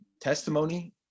testimony